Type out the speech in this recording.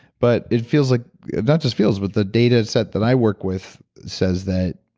but it feels like that just feels with the data set that i work with says that